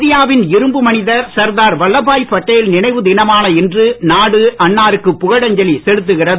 இந்தியாவின் இரும்பு மனிதர் சர்தார் வல்லப்பாய் படேல் நினைவு தினமான இன்று நாடு அன்னாருக்கு புகழஞ்சலி செலுத்துகிறது